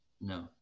no